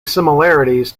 similarities